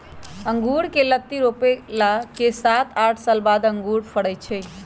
अँगुर कें लत्ति रोपला के सात आठ साल बाद अंगुर के फरइ छइ